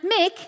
Mick